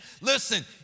listen